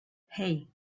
hey